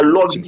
Lord